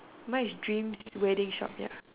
mine is dreams wedding shop ya